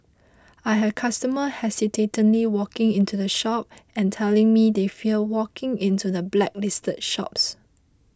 I have customer hesitantly walking into the shop and telling me they fear walking into the blacklisted shops